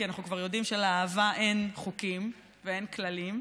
כי אנחנו כבר יודעים שלאהבה אין חוקים ואין כללים,